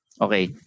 Okay